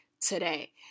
today